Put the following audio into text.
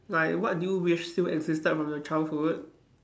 like what do you wish still existed from your childhood